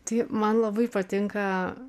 tai man labai patinka